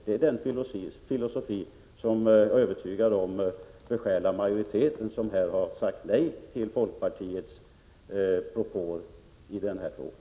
Jag är övertygad om att det är den filosofin som har besjälat den majoritet som har sagt nej till folkpartiets propåer i denna fråga.